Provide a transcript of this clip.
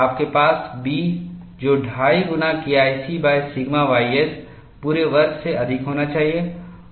आपके पास B जो 25 गुना KIC सिग्मा ys पूरे वर्ग से अधिक होना चाहिए